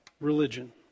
religion